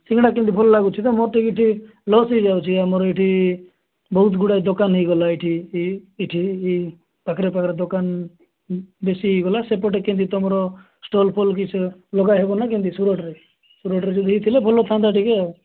ସିଙ୍ଗଡ଼ା କେମିତି ଭଲ ଲାଗୁଛି ତ ମୋର ତ ଏଇଠି ଲସ୍ ହୋଇଯାଉଛି ଆମର ଏଇଠି ବହୁତ ଗୁଡ଼ାଏ ଦୋକାନ ହୋଇଗଲା ଏଇଠି ଏଇ ଏଇଠି ଏଇ ପାଖରେ ପାଖରେ ଦୋକାନ ବେଶୀ ହୋଇଗଲା ସେପଟେ କେମିତି ତୁମର ଷ୍ଟଲ୍ ଫଲ୍ ବିଷୟ ଲଗାହେବନା କେମିତି ସୁରଟରେ ସୁରଟରେ ଯଦି ନେଇଥିଲେ ଭଲ ଥାନ୍ତା ଟିକେ ଆଉ